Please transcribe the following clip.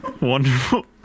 wonderful